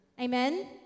Amen